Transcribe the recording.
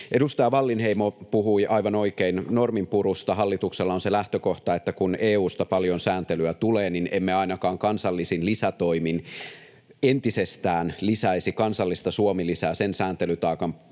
Edustaja Wallinheimo puhui aivan oikein norminpurusta. Hallituksella on se lähtökohta, että kun EU:sta tulee paljon sääntelyä, niin emme ainakaan kansallisin lisätoimin entisestään lisäisi kansallista Suomi-lisää sen sääntelytaakan päälle,